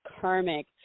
karmic